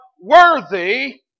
worthy